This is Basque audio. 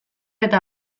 eta